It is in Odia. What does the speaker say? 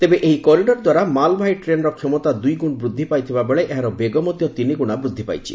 ତେବେ ଏହି କରିଡ଼ର ଦ୍ୱାରା ମାଲବାହି ଟ୍ରେନ୍ର କ୍ଷମତା ଦୁଇଗୁଣ ବୃଦ୍ଧି ପାଇଥିବା ବେଳେ ଏହାର ବେଗ ମଧ୍ୟ ତିନି ଗୁଣା ବୃଦ୍ଧି ପାଇଛି